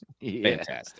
fantastic